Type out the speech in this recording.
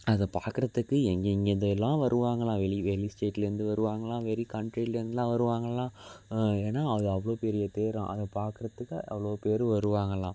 அத பார்க்குறத்துக்கு எங்கெங்கிருந்தெல்லாம் வருவாங்களாம் வெளி வெளி ஸ்டேட்லிருந்து வருவாங்களாம் வெளி கன்ட்ரிலிருந்துலாம் வருவாங்களாம் ஏன்னால் அது அவ்வளோ பெரிய தேராம் அதை பார்க்குறதுக்கு அவ்வளோ பேர் வருவாங்களாம்